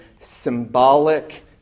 symbolic